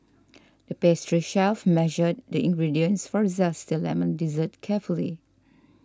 the pastry chef measured the ingredients for a Zesty Lemon Dessert carefully